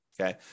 okay